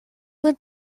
would